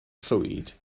llwyd